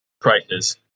prices